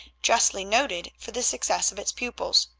justly noted for the success of its pupils.